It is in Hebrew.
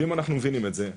ואם אנחנו מבינים את זה,